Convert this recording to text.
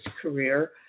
career